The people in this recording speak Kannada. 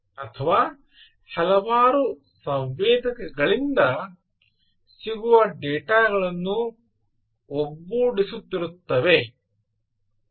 ಅಥವಾ ಹಲವಾರು ಸಂವೇದಕಗಳಿಂದ ಸಿಗುವ ಡೇಟಾವನ್ನು ಒಟ್ಟುಗೂಡಿಸುತ್ತಿರುತ್ತವೆ